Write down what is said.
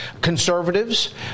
conservatives